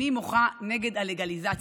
אני מוחה נגד הלגליזציה,